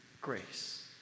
grace